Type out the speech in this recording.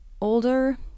older